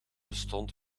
bestond